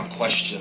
question